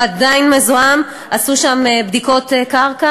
הוא עדיין מזוהם, עשו שם בדיקות קרקע